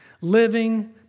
Living